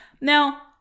Now